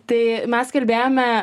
tai mes kalbėjome